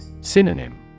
Synonym